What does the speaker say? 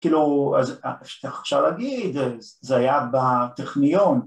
כאילו, אז איך אפשר להגיד, זה היה בטכניון.